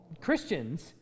Christians